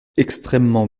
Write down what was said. extrêmement